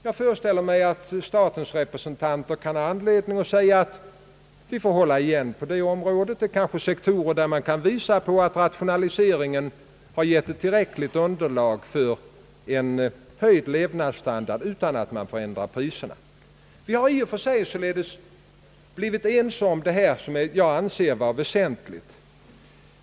Jag föreställer mig att statens representanter kan ha anledning att framhålla att vi måste hålla igen på detta område. Det finns kanske sektorer beträffande vilka vi kan visa att rationaliseringen givit ett tillräckligt underlag för en höjd levnadsstandard utan att man ändrar priserna. Vi har således i och för sig blivit ense om detta, som jag anser vara väsentligt.